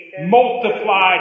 multiplied